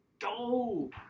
Go